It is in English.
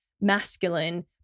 masculine